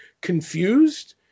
confused